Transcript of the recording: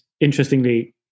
interestingly